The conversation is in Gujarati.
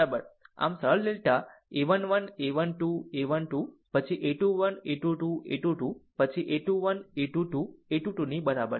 આમ આ એક સરળ ડેલ્ટા a 1 1 a 1 2 a 1 2 પછી a 21 a 2 2 a 2 2 પછી a 2 1 a 2 2 a 2 2 ની બરાબર છે